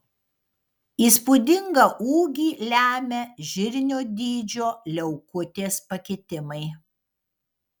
įspūdingą ūgį lemia žirnio dydžio liaukutės pakitimai